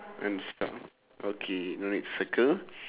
okay let's circle